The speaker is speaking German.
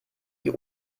wie